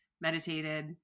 meditated